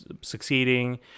succeeding